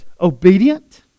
obedient